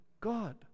God